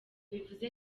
bivuze